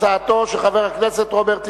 הצעתו של חבר הכנסת רוברט אילטוב.